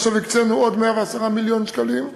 עכשיו הקצינו עוד 110 מיליון שקלים,